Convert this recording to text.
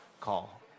call